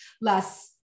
less